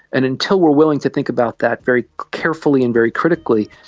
and until we're willing to think about that very carefully and very critically,